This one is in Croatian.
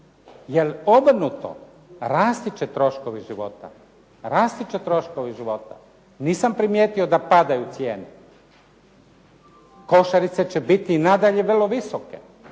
jer obrnuto, rasti će troškovi života. Nisam primjetio da padaju cijene. Košarice će biti i nadalje vrlo visoke.